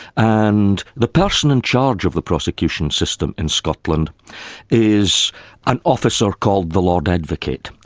and the person in charge of the prosecution system in scotland is an officer called the lord advocate.